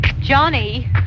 Johnny